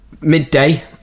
Midday